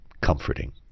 comforting